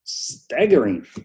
staggering